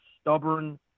stubborn